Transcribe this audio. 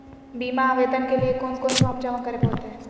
बीमा आवेदन के लिए कोन कोन फॉर्म जमा करें होते